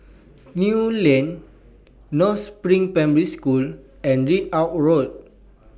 Kew Lane North SPRING Primary School and Ridout Road